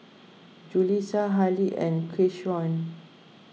Julissa Hallie and Keyshawn